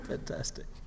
Fantastic